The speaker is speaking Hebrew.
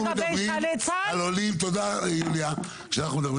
כשאנחנו מדברים על עולים חדשים, אנחנו מדברים